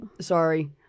Sorry